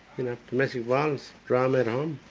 you know domestic ones, drama at home.